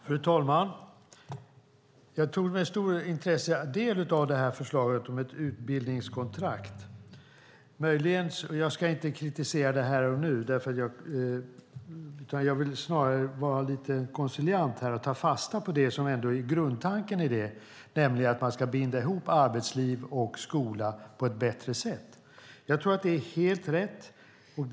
Fru talman! Jag tog med stort intresse del av förslaget om ett utbildningskontrakt. Jag ska inte kritisera det här och nu. Jag vill snarare vara lite konciliant och ta fasta på det som är grundtanken, nämligen att man ska binda ihop arbetsliv och skola på ett bättre sätt. Jag tror att det är helt rätt.